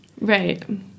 Right